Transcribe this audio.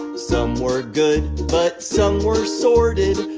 um some were good, but some were sordid.